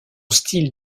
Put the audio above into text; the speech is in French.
style